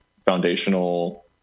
foundational